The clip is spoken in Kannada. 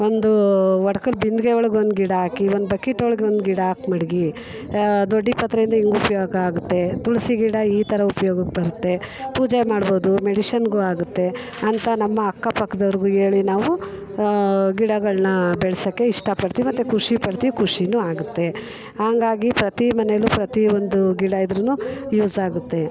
ಒಂದೂ ಒಡ್ಕಲ್ಲು ಬಿಂದಿಗೆ ಒಳಗೆ ಒಂದು ಗಿಡ ಹಾಕಿ ಒಂದು ಬಕೀಟೊಳಗೆ ಒಂದು ಗಿಡ ಹಾಕಿ ಮಡಗಿ ದೊಡ್ಡಪತ್ರೆಯಿಂದ ಹೆಂಗೆ ಉಪಯೋಗ ಆಗುತ್ತೆ ತುಳಸಿ ಗಿಡ ಈ ಥರ ಉಪ್ಯೋಗಕ್ಕೆ ಬರುತ್ತೆ ಪೂಜೆ ಮಾಡ್ಬೋದು ಮೆಡಿಷನ್ಗೂ ಆಗುತ್ತೆ ಅಂತ ನಮ್ಮ ಅಕ್ಕಪಕ್ಕದೋರ್ಗು ಹೇಳಿ ನಾವು ಗಿಡಗಳನ್ನ ಬೆಳ್ಸೋಕ್ಕೆ ಇಷ್ಟ ಪಡ್ತೀವಿ ಮತ್ತೆ ಖುಷಿ ಪಡ್ತೀವಿ ಖುಷೀನು ಆಗುತ್ತೆ ಹಂಗಾಗಿ ಪ್ರತಿ ಮನೇಲು ಪ್ರತಿಯೊಂದೂ ಗಿಡ ಇದ್ದರೂನು ಯೂಸ್ ಆಗುತ್ತೆ